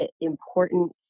important